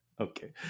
okay